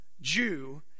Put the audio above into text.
Jew